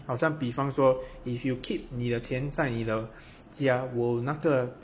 好像比方说 if you keep 你的钱在你的家我有那个